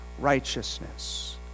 righteousness